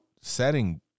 setting